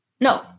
No